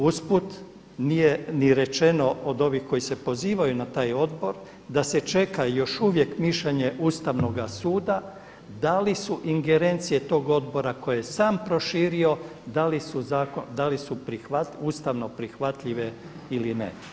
Usput nije ni rečeno od ovih koji se pozivaju na taj odbor da se čeka još uvijek mišljenje Ustavnoga suda, da li su ingerencije tog odbora koji je sam proširio, da li su ustavno prihvatljive ili ne.